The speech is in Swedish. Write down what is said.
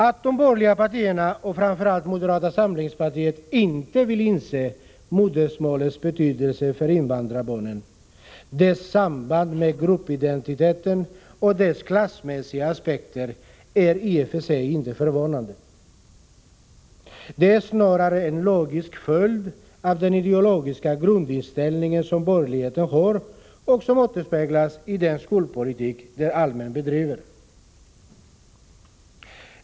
Att de borgerliga partierna, framför allt moderata samlingspartiet, inte vill inse modersmålets betydelse för invandrarbarnen, dess samband med gruppidentiteten och dess klassmässiga aspekter, är i och för sig inte förvånande. Det är snarare en logisk följd av den ideologiska grundinställ Nr 92 ning som borgerligheten har och som återspeglas i den skolpolitik den allmänt bedriver.